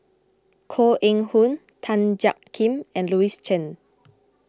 Koh Eng Hoon Tan Jiak Kim and Louis Chen